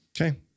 Okay